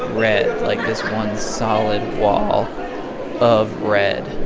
red, like this one solid wall of red